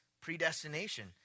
predestination